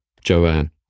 Joanne